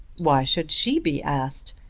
why should she be asked?